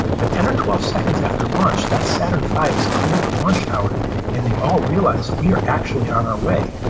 but ten or twelve seconds after launch, that saturn v has cleared the launch tower and they all realize, we are actually on our way.